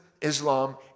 Islam